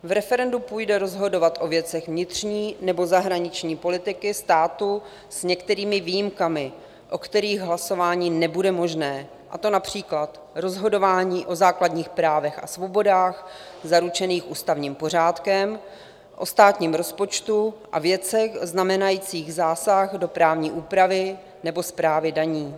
V referendu půjde rozhodovat o věcech vnitřní nebo zahraniční politiky státu s některými výjimkami, o kterých hlasování nebude možné, a to například rozhodování o základních právech a svobodách zaručených ústavním pořádkem, o státním rozpočtu a věcech znamenajících zásah do právní úpravy nebo správy daní.